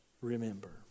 Remember